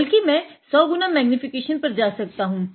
बल्कि मैं 100 गुना मैग्नीफिकेशन पर जा सकता हूँ